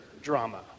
drama